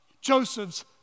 Joseph's